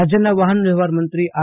રાજયના વાંહન વ્યવહાર મંત્રી આર